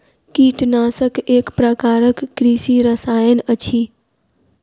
कीटनाशक एक प्रकारक कृषि रसायन अछि